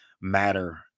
matter